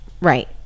right